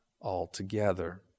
altogether